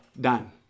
done